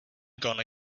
gonna